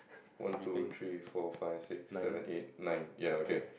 one two three four five six seven eight nine ya okay